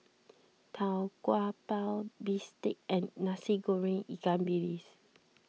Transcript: Tau Kwa Pau Bistake and Nasi Goreng Ikan Bilis